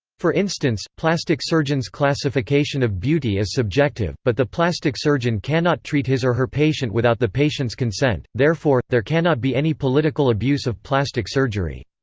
for instance, plastic surgeon's classification of beauty is subjective, but the plastic surgeon cannot treat his or her patient without the patient's consent, therefore, there cannot be any political abuse of plastic surgery.